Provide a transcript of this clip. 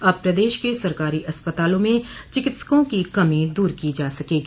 अब प्रदेश के सरकारी अस्पतालों में चिकित्सकों की कमी दूर की जा सकेगी